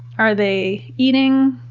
are they eating,